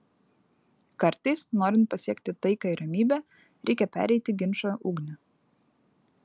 kartais norint pasiekti taiką ir ramybę reikia pereiti ginčo ugnį